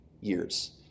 years